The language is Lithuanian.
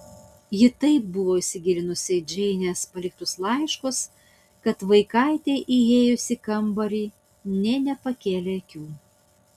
ji taip buvo įsigilinusi į džeinės paliktus laiškus kad vaikaitei įėjus į kambarį nė nepakėlė akių